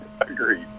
Agreed